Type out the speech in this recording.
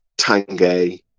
Tange